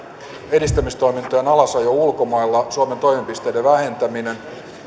edistämistoimintojen alasajo ulkomailla suomen toimipisteiden vähentäminen